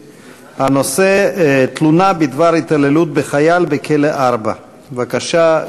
הנושא: תלונה בדבר התעללות בחייל בכלא 4. בבקשה,